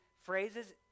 phrases